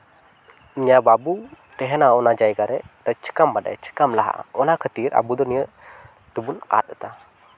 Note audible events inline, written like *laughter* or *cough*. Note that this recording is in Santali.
*unintelligible* ᱵᱟᱵᱚ ᱛᱟᱦᱮᱱᱟ ᱚᱱᱟ ᱡᱟᱭᱜᱟᱨᱮ ᱪᱤᱠᱟᱢ ᱵᱟᱰᱟᱭᱟ ᱪᱤᱠᱟᱢ ᱞᱟᱦᱟᱜᱼᱟ ᱚᱱᱟ ᱠᱷᱟᱹᱛᱤᱨ ᱟᱵᱚ ᱫᱚ ᱱᱤᱭᱟᱹ ᱫᱚᱵᱚᱱ ᱟᱫ ᱮᱫᱟ